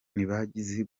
ntibazi